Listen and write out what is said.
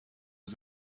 was